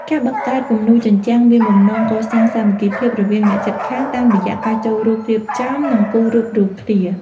ការបង្កើតគំនូរជញ្ជាំងមានបំណងកសាងសាមគ្គីភាពរវាងអ្នកជិតខាង តាមរយៈការចូលរួមរៀបចំ និងគូររូបរួមគ្នា។